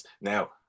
now